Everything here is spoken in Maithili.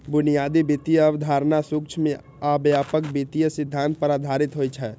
बुनियादी वित्तीय अवधारणा सूक्ष्म आ व्यापक वित्तीय सिद्धांत पर आधारित होइ छै